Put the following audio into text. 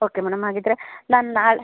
okay madam ಹಾಗಿದ್ದರೆ ನಾನು ನಾಳೆ